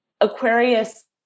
Aquarius